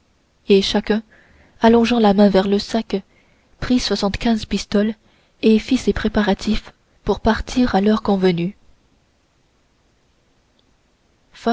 et chacun allongeant la main vers le sac prit soixante-quinze pistoles et fit ses préparatifs pour partir à l'heure convenue